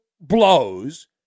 blows